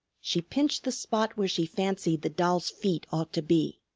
she pinched the spot where she fancied the doll's feet ought to be.